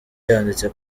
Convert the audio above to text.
yanditse